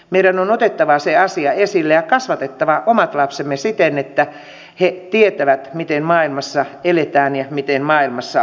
meidän on otettava se asia esille ja kasvatettava omat lapsemme siten että he tietävät miten maailmassa eletään ja miten maailmassa ollaan